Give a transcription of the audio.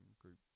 group